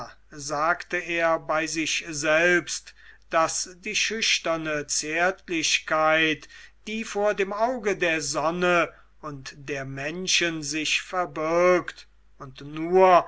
sagte er bei sich selber daß die schüchterne zärtlichkeit die vor dem auge der sonne und der menschen sich verbirgt und nur